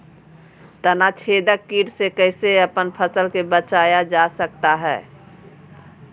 तनाछेदक किट से कैसे अपन फसल के बचाया जा सकता हैं?